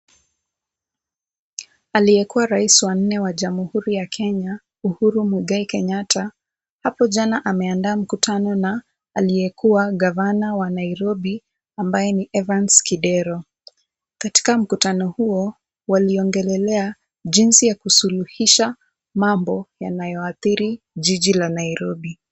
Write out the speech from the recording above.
Aliyekuwa rais wa nne wa Jamhuri ya Kenya Uhuru Muigai Kenyatta, hapo jana ameandaa mkutano na aliyekuwa gavana wa Nairob ambaye ni Evans Kidero. Katika mkutano huo, waliongelelea jinsi ya kusuluhisha mambo yanayoathiri jiji la Nairobi.